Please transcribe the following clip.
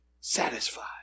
satisfied